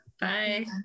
Bye